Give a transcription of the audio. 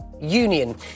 union